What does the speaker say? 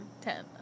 ten